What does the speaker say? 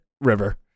river